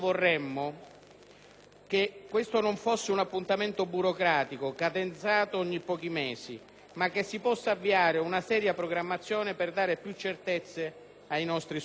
che questo non fosse un appuntamento burocratico, cadenzato in pochi mesi, ma che si possa avviare una seria programmazione per dare più certezze ai nostri soldati.